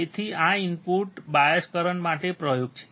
તેથી આ input bias current માટે પ્રયોગ છે